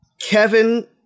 Kevin